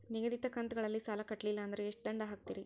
ನಿಗದಿತ ಕಂತ್ ಗಳಲ್ಲಿ ಸಾಲ ಕಟ್ಲಿಲ್ಲ ಅಂದ್ರ ಎಷ್ಟ ದಂಡ ಹಾಕ್ತೇರಿ?